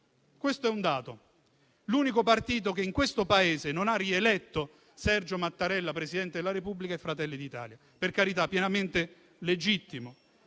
questo è un dato: l'unico partito che in questo Paese non ha rieletto Sergio Mattarella Presidente della Repubblica è Fratelli d'Italia; per carità, pienamente legittimo.